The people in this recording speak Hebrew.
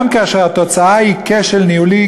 גם כאשר התוצאה היא כשל ניהולי,